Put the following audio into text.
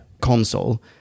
console